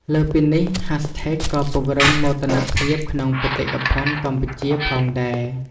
លើសពីនេះ ហាស់ថេកក៏ពង្រឹងមោទនភាពក្នុងបេតិកភណ្ឌកម្ពុជាផងដែរ។